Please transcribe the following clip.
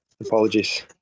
Apologies